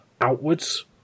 outwards